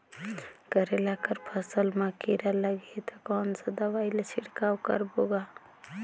करेला कर फसल मा कीरा लगही ता कौन सा दवाई ला छिड़काव करबो गा?